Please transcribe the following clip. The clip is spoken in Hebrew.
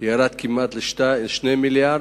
ירד כמעט ל-2 מיליארדים.